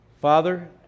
Father